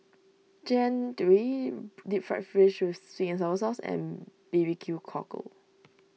Jian Dui Deep Fried Fish with Sweet and Sour Sauce and B B Q Cockle